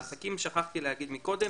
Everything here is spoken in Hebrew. על העסקים שכחתי להגיד מקודם,